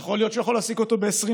יכול להיות שהוא יכול להעסיק אותו ב-20%.